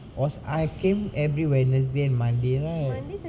was I came every wednesday and monday right